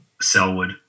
Selwood